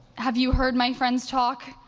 have you heard my friends talk?